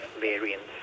variants